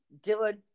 Dylan